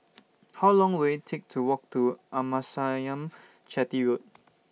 How Long Will IT Take to Walk to Amasalam Chetty Road